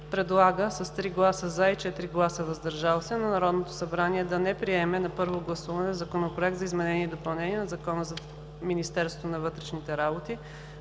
предлага с 3 гласа „за” и 4 гласа „въздържал се” на Народното събрание да не приеме на първо гласуване Законопроект за изменение и допълнение на Закона за Министерството на вътрешните работи,